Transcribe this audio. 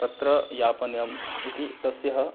तत्र यापनीयम् इति तस्य